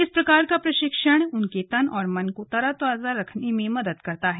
इस प्रकार का प्रशिक्षण उनके तन और मन को तरोताजा रखने में मदद करता है